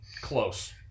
close